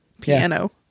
Piano